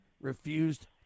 refused